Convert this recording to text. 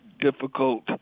difficult